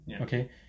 Okay